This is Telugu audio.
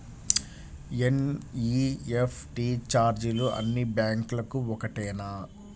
ఎన్.ఈ.ఎఫ్.టీ ఛార్జీలు అన్నీ బ్యాంక్లకూ ఒకటేనా?